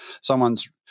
someone's